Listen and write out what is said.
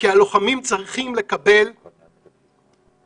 כי הלוחמים צריכים לקבל מקום